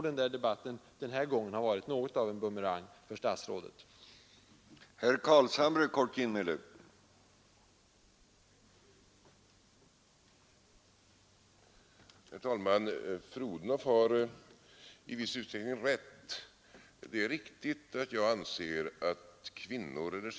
Den uppläggningen blev nog något av en bumerang för statsrådet Odhnoff.